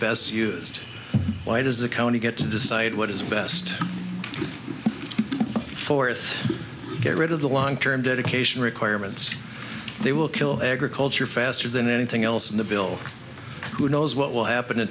best used why does the county get to decide what is best for it get rid of the long term dedication requirements they will kill egret culture faster than anything else in the bill who knows what will happen in